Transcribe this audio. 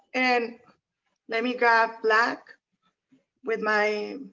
and let me grab black with my,